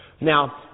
Now